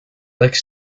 likes